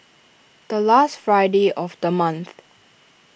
the last Friday of the month